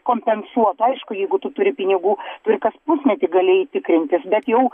kompensuot aišku jeigu tu turi pinigų ir kas pusmetį gali eit tikrintis bet jau